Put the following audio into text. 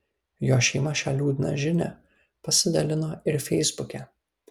jo šeima šia liūdna žinia pasidalino ir feisbuke